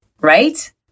Right